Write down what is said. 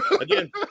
Again